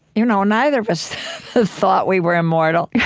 you know neither of us thought we were immortal.